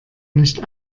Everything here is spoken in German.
nicht